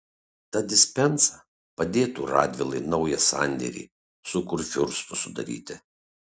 ta dispensa padėtų radvilai naują sandėrį su kurfiurstu sudaryti